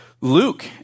Luke